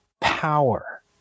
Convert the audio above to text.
power